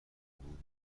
بود